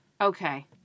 Okay